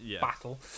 battle